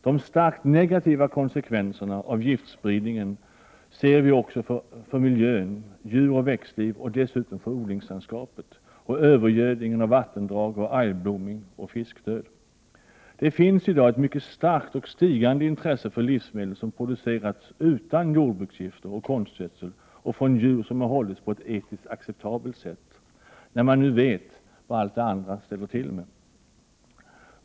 De starkt negativa konsekvenserna av giftspridningen kan konstateras för miljön, djuroch växtlivet samt odlingslandskapet och dessutom i form av övergödning av vattendrag, algblomning och fiskdöd. Det finns i dag ett mycket starkt och stigande intresse för livsmedel som är producerade utan jordbruksgifter och konstgödsel och som kommer från djur som har hållits på ett etiskt acceptabelt sätt — när man nu vet vad allt annat kan ställa tillmed.